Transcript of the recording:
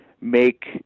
make